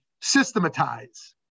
systematize